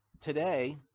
today